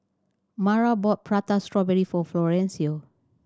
Mara bought Prata Strawberry for Florencio